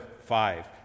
five